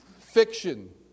fiction